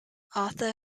arthur